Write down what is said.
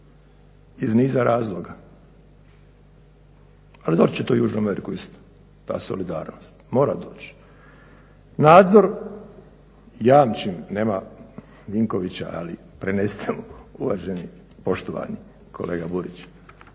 iz niza razloga. Ali doći će to i u Južnu Ameriku isto ta solidarnost, mora doći. Nadzor jamčim nema Vinkovića, ali prenesite mu uvaženi, poštovani kolega Burić,